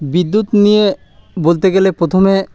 বিদ্যুৎ নিয়ে বলতে গেলে প্রথমে